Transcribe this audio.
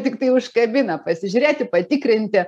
tiktai užkabina pasižiūrėti patikrinti